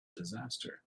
disaster